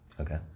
Okay